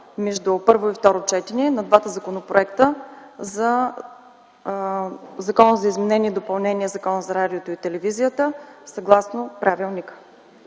между първо и второ четене на двата законопроекта за изменение и допълнение на Закона за радиото и телевизията съгласно правилника.